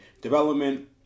Development